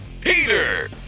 Peter